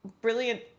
Brilliant